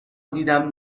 دیدم